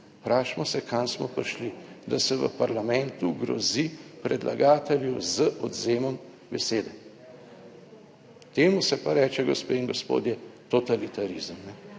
Vprašajmo se kam smo prišli, da se v parlamentu grozi predlagatelju z odvzemom besede. Temu se pa reče, gospe in gospodje, totalitarizem